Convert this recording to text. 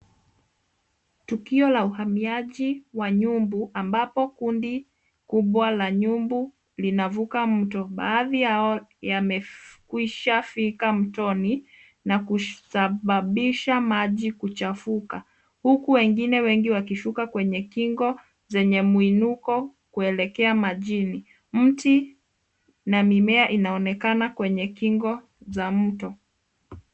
Tukio la uhamiaji wa nyumbu ambapo kundi kubwa la nyumbu linavuka mto. Baadhi yao yamekwisha fika mtoni, na kusababisha maji kuchafuka, huku wengine wengi wakishuka kwenye kingo zenye mwinuko kuelekea majini. Mti na mimea inaonekana kwenye kingo za mto.